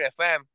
FM